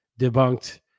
debunked